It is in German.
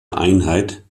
einheit